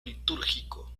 litúrgico